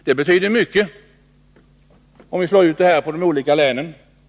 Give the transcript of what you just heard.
Det betyder mycket om vi slår ut det här på de olika länen.